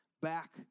back